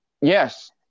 Yes